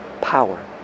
power